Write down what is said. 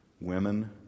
Women